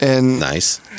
Nice